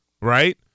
right